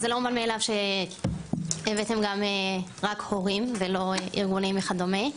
זה לא מובן מאליו שהבאתם גם הורים ולא רק ארגונים וכדומה,